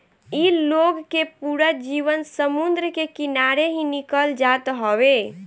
इ लोग के पूरा जीवन समुंदर के किनारे ही निकल जात हवे